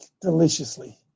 deliciously